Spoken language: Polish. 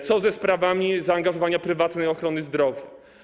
Co ze sprawami zaangażowania prywatnej ochrony zdrowia?